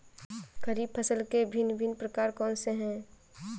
खरीब फसल के भिन भिन प्रकार कौन से हैं?